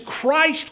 Christ